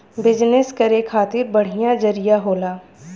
business करे खातिर बढ़िया जरिया होला